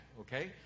okay